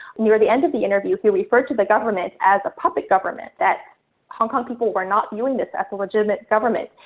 near the end of the interview, he referred to the government as a puppet government that hong kong people were not viewing this as a legitimate government.